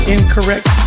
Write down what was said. Incorrect